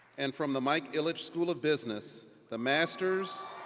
and from the mike ilitch school of business, the masters.